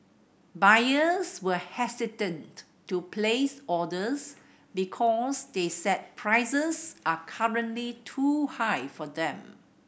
buyers were hesitant to place orders because they said prices are currently too high for them